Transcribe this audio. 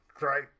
right